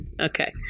Okay